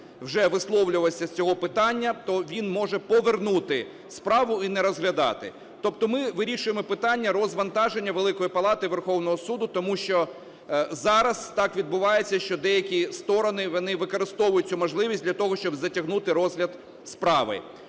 вже висловлювався з цього питання, то він може повернути справу і не розглядати. Тобто ми вирішуємо питання розвантаження Великої Палати Верховного Суду, тому що зараз так відбувається, що деякі сторони, вони використовують цю можливість для того, щоб затягнути розгляд справи.